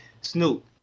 Snoop